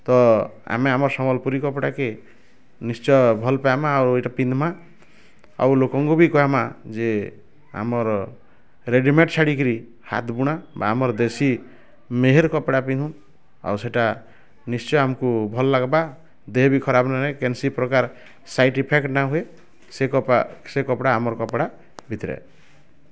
ତ ଆମେ ଆମର୍ ସମ୍ବଲପୁରୀ କପଡ଼ା କେ ନିଶ୍ଚୟ ଭଲ୍ ପାଇଁମା ଆଉ ଏଟା ପିନ୍ଧିମା ଆଉ ଲୋକଙ୍କୁ ବି କହିମା ଯେ ଆମର୍ ରେଡ଼ିମେଡ଼ ଛାଡ଼ି କିରି ହାତ ବୁଣା ବା ଆମର୍ ଦେଶୀ ମେହର୍ କପଡ଼ା ପିନ୍ଧନ ଆଉ ସେଟା ନିଶ୍ଚୟ ଆମକୁ ଭଲ୍ ଲାଗବା ଦେହ ବି ଖରାପ ନା କେନସି ପ୍ରକାର୍ ସାଇଡ଼୍ ଇଫେକ୍ଟ ନା ହୁଏ ସେ ସେ କପଡ଼ା ଆମର୍ କପଡ଼ା ଭିତରେ